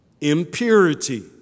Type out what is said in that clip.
impurity